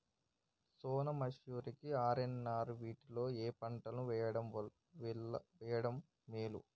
సోనా మాషురి కి ఆర్.ఎన్.ఆర్ వీటిలో ఏ పంట వెయ్యడం మేలు?